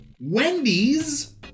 Wendy's